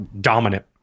dominant